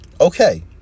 Okay